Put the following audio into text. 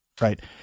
Right